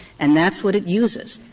and that's what it uses.